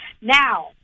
Now